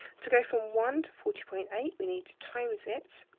to go from one to forty point eight, we need to times it